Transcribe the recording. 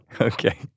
Okay